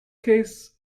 case